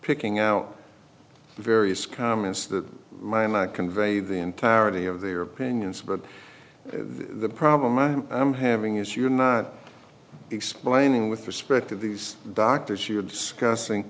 picking out various comments that might not convey the entirety of their opinions but the problem i am having is you're not explaining with respect to these doctors you're discussing